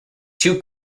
two